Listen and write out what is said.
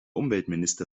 umweltminister